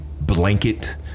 blanket